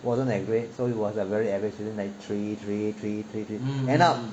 wasn't that great so it was a very average three three three three three end up